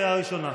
קריאה ראשונה.